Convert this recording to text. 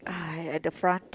uh at the front